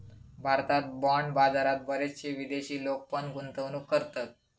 भारतात बाँड बाजारात बरेचशे विदेशी लोक पण गुंतवणूक करतत